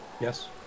yes